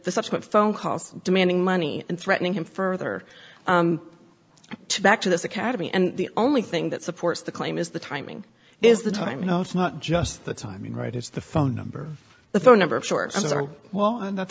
but phone calls demanding money and threatening him further to back to this academy and the only thing that supports the claim is the timing is the time you know it's not just the timing right it's the phone number the phone number of sources are well and that's